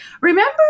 Remember